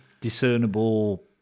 discernible